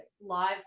live